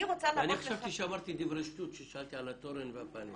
אני חשבתי שאמרתי דברי שטות כששאלתי על התורן והפאנל.